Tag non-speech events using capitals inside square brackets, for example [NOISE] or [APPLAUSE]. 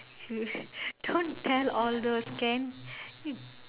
[LAUGHS] don't tell all those can you